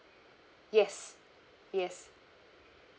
yes yes